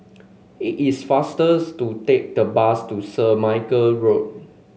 it is faster to take the bus to St Michael Road